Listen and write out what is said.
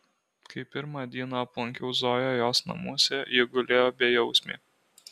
kai pirmą dieną aplankiau zoją jos namuose ji gulėjo bejausmė